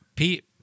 Pete